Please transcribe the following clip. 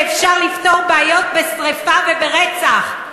שאפשר לפתור בעיות בשרפה וברצח.